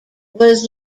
was